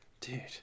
Dude